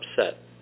upset